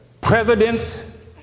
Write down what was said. Presidents